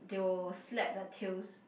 they will slap their tails